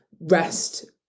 rest